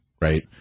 right